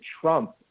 Trump